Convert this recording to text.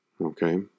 Okay